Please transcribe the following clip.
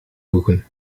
voegen